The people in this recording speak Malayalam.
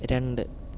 രണ്ട്